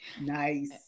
Nice